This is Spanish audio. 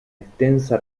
extensa